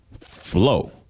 Flow